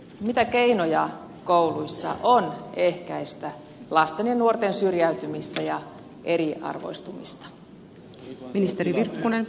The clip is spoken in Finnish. mitä keinoja kouluissa on ehkäistä lasten ja nuorten syrjäytymistä ja eriarvoistumista